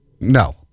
No